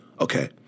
Okay